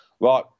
Right